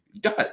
God